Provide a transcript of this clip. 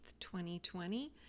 2020